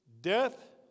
death